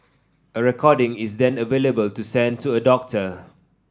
a recording is then available to send to a doctor